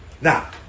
Now